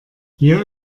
hier